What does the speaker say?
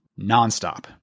nonstop